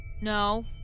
No